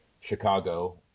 chicago